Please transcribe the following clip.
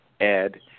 Ed